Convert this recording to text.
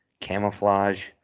camouflage